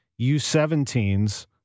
U17s